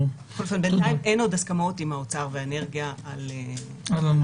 בינתיים אין עוד הסכמות עם האוצר והאנרגיה על הנוסח.